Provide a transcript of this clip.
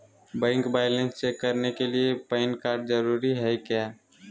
Bank balance check करने के लिए पैन कार्ड जरूरी है क्या?